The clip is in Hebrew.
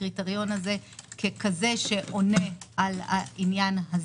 הקריטריון הזה ככזה שעונה על העניין הזה.